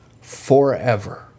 forever